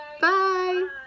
bye